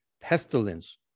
pestilence